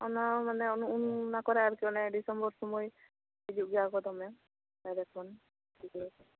ᱚᱱᱟ ᱢᱟᱱᱮ ᱩᱱ ᱚᱱᱟ ᱠᱚᱨᱮ ᱰᱤᱥᱮᱢᱵᱚᱨ ᱥᱳᱢᱚᱭ ᱦᱤᱡᱩᱜ ᱜᱮᱭᱟ ᱠᱚ ᱫᱚᱢᱮ ᱵᱟᱭᱨᱮ ᱠᱷᱚᱱ ᱯᱤᱠᱱᱤᱠ